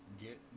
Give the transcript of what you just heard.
get